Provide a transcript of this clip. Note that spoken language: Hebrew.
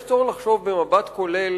יש צורך לחשוב במבט כולל